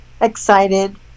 excited